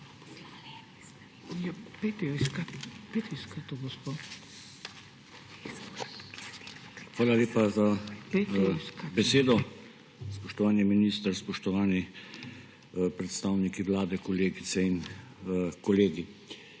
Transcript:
Hvala lepa za besedo. Spoštovani minister, spoštovani predstavniki Vlade, kolegice in kolegi!